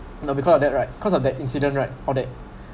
you know because of that right cause of that incident right or that